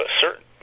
certain